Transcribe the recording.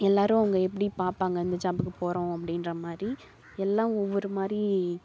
எல்லோரும் அவங்க எப்படி பார்ப்பாங்க இந்த ஜாப்க்கு போகிறோம் அப்படீன்ற மாதிரி எல்லாம் ஒவ்வொரு மாதிரி